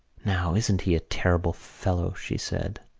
now, isn't he a terrible fellow! she said.